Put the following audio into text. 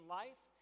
life